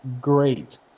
great